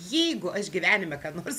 jeigu aš gyvenime ką nors